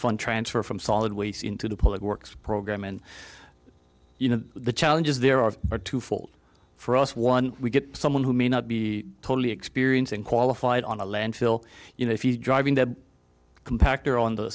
fun transfer from solid waste into the public works program and you know the challenges there are twofold for us one we get someone who may not be totally experiencing qualified on a landfill you know if you're driving that compactor on the